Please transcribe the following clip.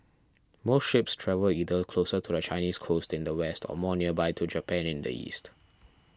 most ships travel either closer to the Chinese coast in the west or more nearby to Japan in the east